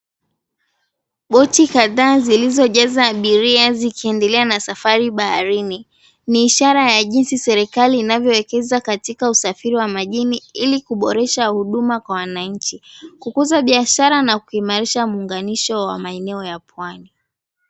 Boti kadhaa zilizojaa abiria zinaendelea na safari baharini ni ishara vile serikali inavyo ekeza katika usafiri wa majini ilikuboresha huduma kwa wananchi, kukuza biashara na kukuza uunganisho wa eneo ya pwani.